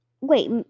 Wait